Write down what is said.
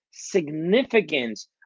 significance